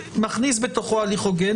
מכניס בתוכו הליך הוגן.